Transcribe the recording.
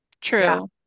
true